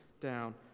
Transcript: down